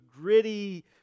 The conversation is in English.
gritty